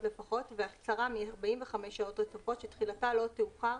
לפחות והקצרה מ- 45 שעות רצופות שתחילתה לא תאוחר